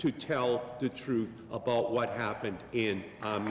to tell the truth about what happened in